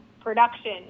production